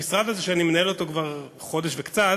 המשרד הזה, שאני מנהל כבר חודש וקצת,